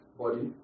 body